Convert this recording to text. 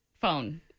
phone